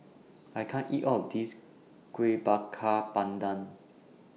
I can't eat All of This Kuih Bakar Pandan